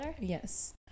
Yes